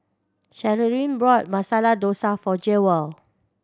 Cherilyn bought Masala Dosa for Jewell